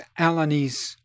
Alanis